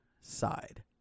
side